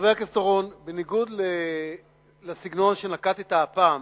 חבר הכנסת אורון, בניגוד לסגנון שנקטת הפעם